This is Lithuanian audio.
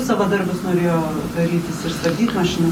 savadarbius norėjo darytis ir stabdyt mašinas